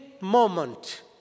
moment